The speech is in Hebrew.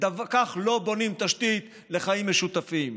כך לא בונים תשתית לחיים משותפים.